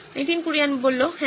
নীতিন কুরিয়ান হ্যাঁ